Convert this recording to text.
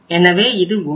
எனவே இது 1